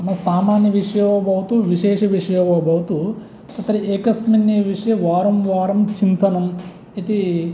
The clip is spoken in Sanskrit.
नाम सामान्यविषयो वा भवतु विशेषविषयो वा भवतु तत्र एकस्मिन् एव विषये वारं वारं चिन्तनम् इति